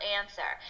answer